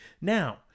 Now